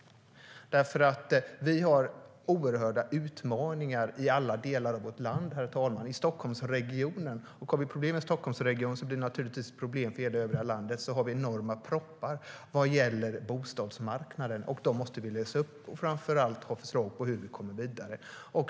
Vi har oerhört stora utmaningar i alla delar av vårt land, till exempel i Stockholmsregionen. Och har vi problem i Stockholmsregionen blir det naturligtvis problem för hela övriga landet. Vi har enorma proppar vad gäller bostadsmarknaden, och dessa måste vi lösa upp och framför allt ha förslag på hur vi kommer vidare.